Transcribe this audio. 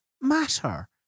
matter